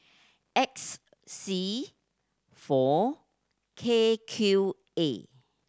X C four K Q A